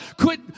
Quit